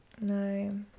No